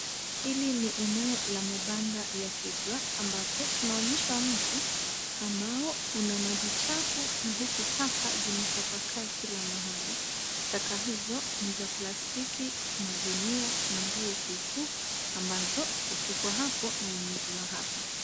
Hili ni eneo la mabanda la Kibra ambapo tunaonyeshwa mto ambao una maji chafu na huku taka zimetapakaa kila mahali. Taka hizo ni za plastiki, magunia na nguo kuukuu ambazo hutupwa hapo na wenyeji wa hapa.